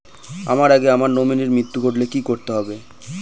আমার আগে আমার নমিনীর মৃত্যু ঘটলে কি করতে হবে?